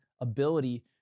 ability